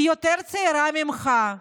היא יותר צעירה ממך.